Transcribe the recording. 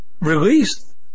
released